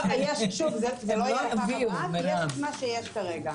לא, זה לא יהיה לפעם הבאה, יש את מה שיש כרגע.